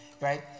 right